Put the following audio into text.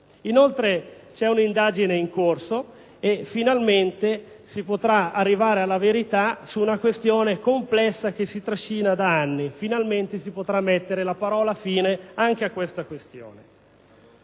Inoltre, c'è un'indagine in corso: finalmente si potrà arrivare alla verità su una questione complessa, che si trascina da anni, e si potrà mettere la parola fine anche su di essa.